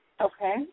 Okay